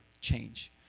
change